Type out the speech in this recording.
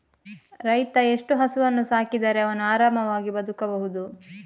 ರೈತ ಎಷ್ಟು ಹಸುವನ್ನು ಸಾಕಿದರೆ ಅವನು ಆರಾಮವಾಗಿ ಬದುಕಬಹುದು?